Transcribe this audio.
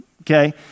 Okay